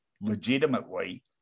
legitimately